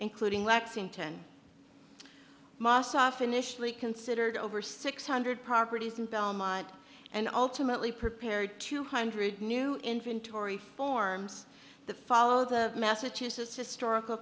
including lexington finished we considered over six hundred properties in belmont and ultimately prepared two hundred new inventory forms to follow the massachusetts historical